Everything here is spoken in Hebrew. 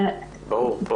ברור.